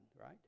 right